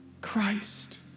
Christ